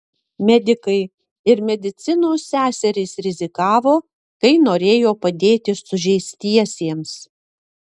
medikai ir medicinos seserys rizikavo kai norėjo padėti sužeistiesiems